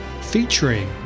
featuring